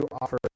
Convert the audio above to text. offer